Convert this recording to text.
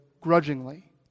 grudgingly